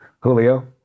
Julio